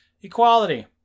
Equality